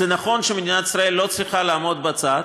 נכון שמדינת ישראל לא צריכה לעמוד בצד,